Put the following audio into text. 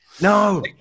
No